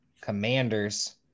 Commanders